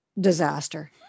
disaster